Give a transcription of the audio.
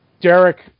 Derek